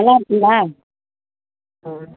நல்லாயிருகுங்களா ஆ